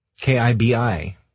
K-I-B-I